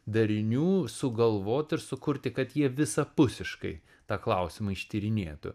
darinių sugalvot ir sukurti kad jie visapusiškai tą klausimą ištyrinėtų